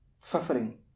suffering